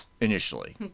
initially